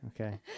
okay